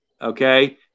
okay